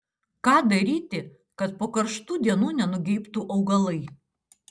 ką daryti kad po karštų dienų nenugeibtų augalai